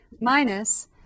Minus